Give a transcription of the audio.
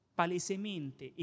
palesemente